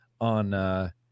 on